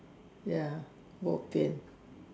ya bo pian